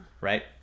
Right